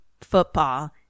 football